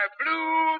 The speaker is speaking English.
blue